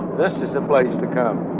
this is the place to come.